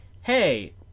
hey